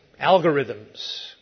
algorithms